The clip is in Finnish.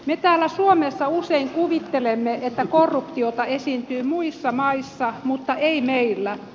me täällä suomessa usein kuvittelemme että korruptiota esiintyy muissa maissa mutta ei meillä